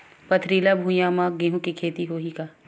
पथरिला भुइयां म गेहूं के खेती होही का?